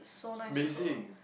amazing